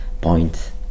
point